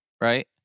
right